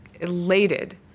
elated